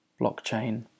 blockchain